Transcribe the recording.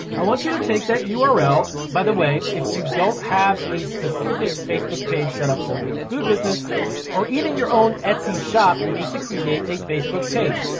i want you to take that url, by the way if you don't have a specific facebook page set up for your food business or even your own etsy shop, you need to create a facebook page.